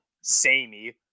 sammy